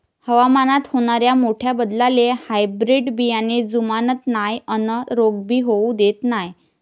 हवामानात होनाऱ्या मोठ्या बदलाले हायब्रीड बियाने जुमानत नाय अन रोग भी होऊ देत नाय